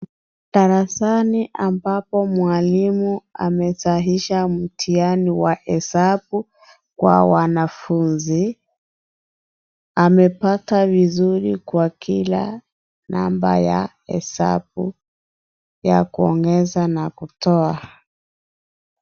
Darasani ambapo mwalimu amesahihisha mtihani wa hesabu kwa wanafuzi, amepata vizurii kwa kila namba ya hesabu ya kuongeza na kutoa.